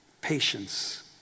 patience